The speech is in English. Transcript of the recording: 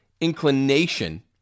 inclination